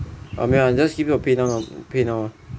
err 没有 ah 你 just give your Paynow num~ Paynow ah